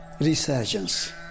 Resurgence